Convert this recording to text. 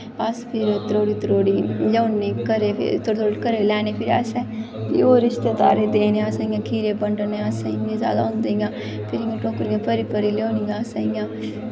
अस फिर त्रोड़ी त्रोड़ी लेआने घरे गी त्रोड़ी त्रोड़ी घरे गी लेआने अस फिर रिश्तेदारें दे खीरे बंडने इ'यां अस फिर अपने घर त्रोड़ी लेआने इ'यां अस